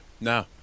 no